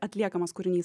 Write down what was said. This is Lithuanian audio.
atliekamas kūrinys